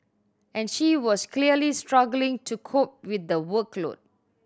and she was clearly struggling to cope with the workload